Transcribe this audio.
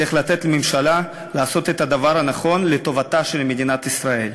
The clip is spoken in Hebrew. צריך לתת לממשלה לעשות את הדבר הנכון לטובתה של מדינת ישראל.